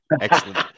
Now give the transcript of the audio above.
Excellent